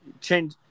change